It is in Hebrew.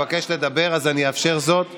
ובוועדות אחרות הצלחנו לשנות במשהו.